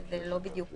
שזה לא בדיוק